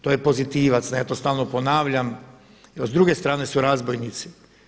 To je pozitivac, ne ja to stalno ponavljam a s druge strane su razbojnici.